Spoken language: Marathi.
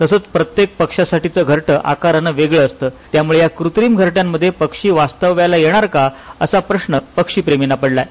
तसंच प्रत्येक पक्षासाठीच घरट आकाराने वेगळ असत त्यामुळे या कृत्रिम घरट्यामध्ये पक्षी वास्तव्याला येणार का असा प्रश्न पक्षीप्रेमींना पडलाय